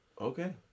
Okay